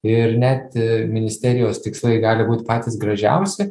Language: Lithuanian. ir net ministerijos tikslai gali būt patys gražiausi